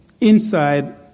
inside